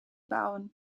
bouwen